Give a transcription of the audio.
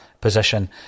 position